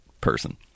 person